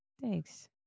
Thanks